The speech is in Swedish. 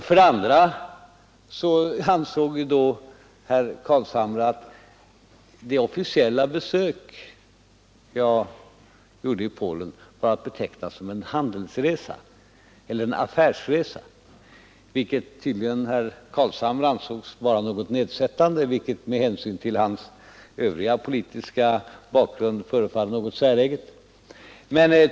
Vidare ansåg herr Carlshamre att det officiella besök jag gjorde i Polen var att beteckna som en handelsresa, vilket herr Carlshamre tycktes betrakta som något nedsättande. Med hänsyn till hans politiska bakgrund i övrigt förefaller det något säreget.